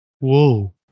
Whoa